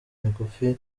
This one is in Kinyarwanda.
migufi